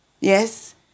yes